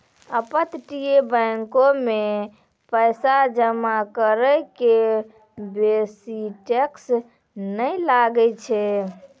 अपतटीय बैंको मे पैसा जमा करै के बेसी टैक्स नै लागै छै